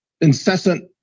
incessant